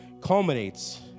culminates